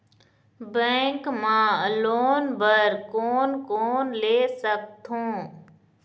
Bank मा loan बर कोन कोन ले सकथों?